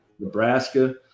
Nebraska